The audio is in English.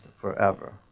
forever